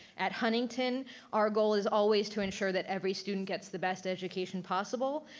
at huntington our goal is always to ensure that every student gets the best education possible.